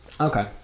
Okay